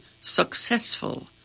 successful